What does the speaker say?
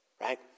Right